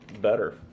better